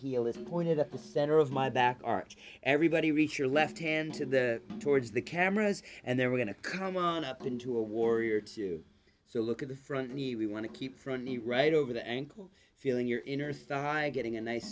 is pointed at the center of my back arch everybody reach your left hand to the towards the cameras and there we're going to come on up into a warrior two so look at the front knee we want to keep from the right over the ankle feeling your inner thigh getting a nice